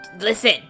Listen